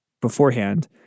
beforehand